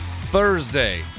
Thursday